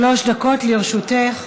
בבקשה, שלוש דקות לרשותך.